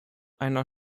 einer